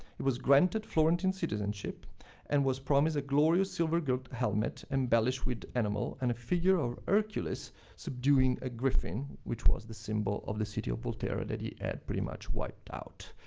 he was granted florentine citizenship and was promised a glorious silver gilt helmet embellished with animal and a figure of hercules subduing a griffin, which was the symbol of the city of volterra that he had pretty much wiped out.